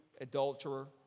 adulterer